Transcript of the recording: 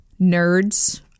nerds